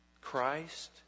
Christ